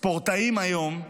ספורטאים היום,